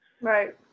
right